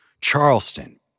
Charleston